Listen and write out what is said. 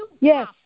Yes